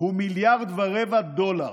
הוא 1.25 מיליארד דולר,